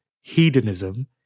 hedonism